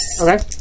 Okay